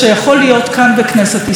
כמעט כל הבית הזה,